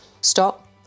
stop